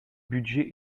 budget